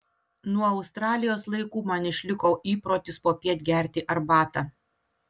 nuo australijos laikų man išliko įprotis popiet gerti arbatą